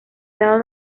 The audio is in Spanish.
lado